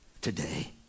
today